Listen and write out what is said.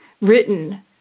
written